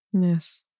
Yes